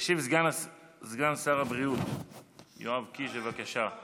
ישיב סגן שר הבריאות יואב קיש, בבקשה.